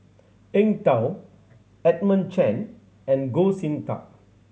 Eng Tow Edmund Chen and Goh Sin Tub